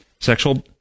sexual